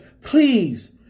please